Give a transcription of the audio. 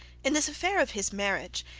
in this affair of his marriage,